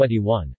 2021